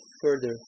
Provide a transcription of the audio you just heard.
further